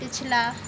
पिछला